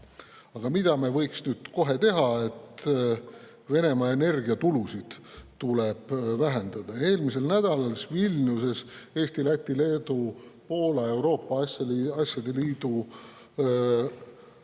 Aga mida me võiksime kohe teha? Venemaa energiatulusid tuleb vähendada. Eelmisel nädalal Vilniuses Eesti, Läti, Leedu, Poola Euroopa Liidu